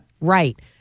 Right